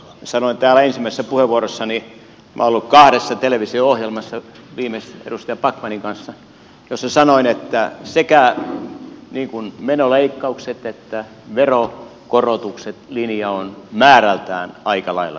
sanoin täällä ensimmäisessä puheenvuorossani että minä olen ollut kahdessa televisio ohjelmassa viimeksi edustaja backmanin kanssa jolloin sanoin että sekä menoleikkaukset että veronkorotukset linja on määrältään aika lailla kohdallaan